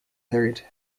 third